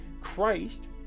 Christ